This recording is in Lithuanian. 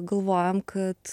galvojam kad